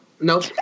nope